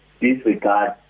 disregard